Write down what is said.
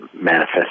manifest